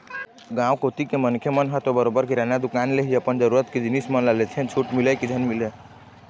गाँव कोती के मनखे मन ह तो बरोबर किराना दुकान ले ही अपन जरुरत के जिनिस मन ल लेथे छूट मिलय की झन मिलय